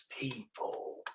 people